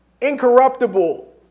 incorruptible